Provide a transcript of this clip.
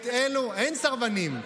אין סרבנים.